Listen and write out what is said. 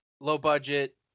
low-budget